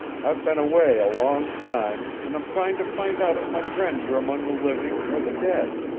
i've been away a long time, and i'm trying to find out if my friends are among the living or the dead.